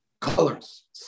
colors